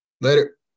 Later